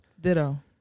Ditto